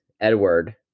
edward